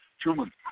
Truman